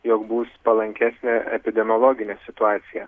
jog bus palankesnė epidemiologinė situacija